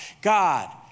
God